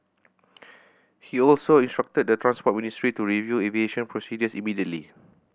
he also instructed the Transport Ministry to review aviation procedures immediately